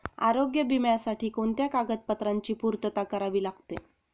आरोग्य विम्यासाठी कोणत्या कागदपत्रांची पूर्तता करावी लागते?